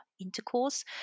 intercourse